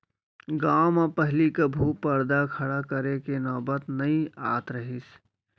गॉंव म पहिली कभू परदा खड़ा करे के नौबत नइ आत रहिस